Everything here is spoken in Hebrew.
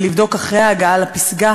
ולבדוק אחרי ההגעה לפסגה